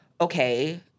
okay